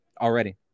already